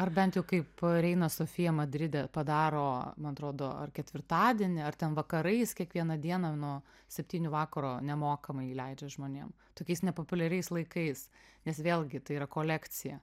ar bent jau kaip reina sofija madride padaro man atrodo ar ketvirtadienį ar ten vakarais kiekvieną dieną nuo septynių vakaro nemokamai leidžia žmonėm tokiais nepopuliariais laikais nes vėlgi tai yra kolekcija